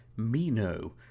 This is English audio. Mino